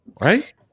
right